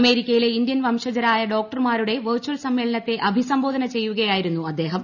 അമേരിക്കയിലെ ഇന്ത്യൻ വംശജരായ ഡോക്ടർമമാരുടെ വെർചൽ സമ്മേളനത്തെ അഭിസംബോധന ചെയ്യുകയായിരുന്നു അദ്ദേഹം